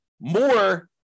more